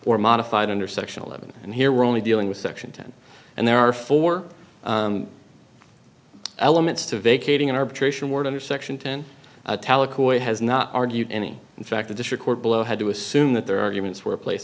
or modified under section eleven and here we're only dealing with section ten and there are four elements to vacating an arbitration word under section ten has not argued any in fact the district court below had to assume that their arguments were place